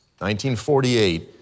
1948